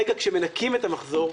רגע כשמנכים את המחזור,